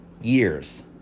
years